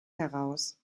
heraus